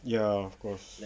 ya of course